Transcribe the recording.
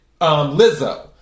Lizzo